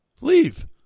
Leave